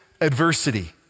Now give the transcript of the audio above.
adversity